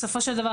בסופו של דבר,